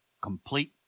Complete